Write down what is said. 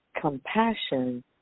compassion